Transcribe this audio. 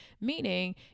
meaning